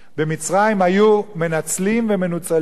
במצרים היו מנצלים ומנוצלים,